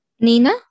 Nina